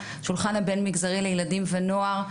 שולחן הבין-מגזרי לילדים ונוער,